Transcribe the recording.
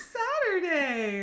saturday